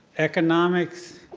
economics,